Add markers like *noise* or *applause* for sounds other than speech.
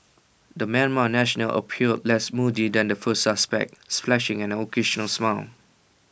the Myanmar national appeared less moody than the first suspect *unintelligible* flashing an occasional smile